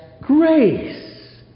grace